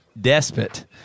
despot